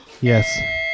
Yes